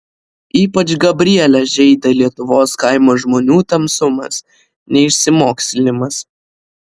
ypač gabrielę žeidė lietuvos kaimo žmonių tamsumas neišsimokslinimas